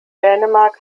dänemark